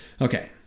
Okay